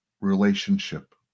relationship